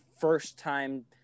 first-time